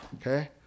Okay